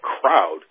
crowd